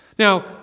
Now